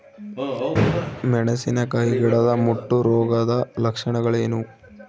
ಮೆಣಸಿನಕಾಯಿ ಗಿಡದ ಮುಟ್ಟು ರೋಗದ ಲಕ್ಷಣಗಳೇನು?